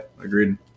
Agreed